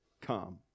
come